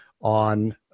on